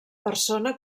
persona